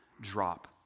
drop